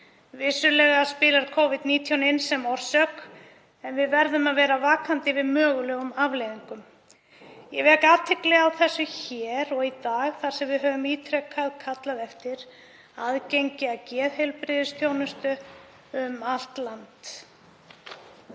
Vissulega spilar Covid-19 inn í sem orsök en við verðum að vera vakandi yfir mögulegum afleiðingum. Ég vek athygli á þessu hér í dag þar sem við höfum ítrekað kallað eftir aðgengi að geðheilbrigðisþjónustu um allt land.